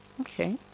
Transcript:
Okay